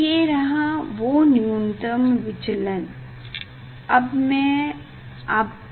ये रहा वो न्यूनतम विचलन अब मैं आपको दिखाता हूँ